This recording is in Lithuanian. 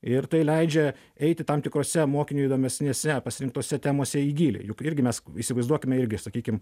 ir tai leidžia eiti tam tikrose mokiniui įdomesnėse pasirinktose temose į gylį juk irgi mes įsivaizduokime irgi sakykim